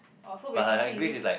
oh so when she speaks English